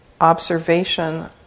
observation